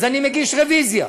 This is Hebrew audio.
אז אני מגיש רוויזיה.